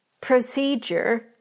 procedure